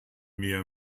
meer